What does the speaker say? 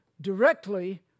directly